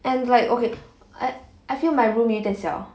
and like okay I I feel my room 有点小